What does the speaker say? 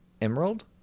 emerald